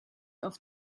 auf